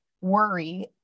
worry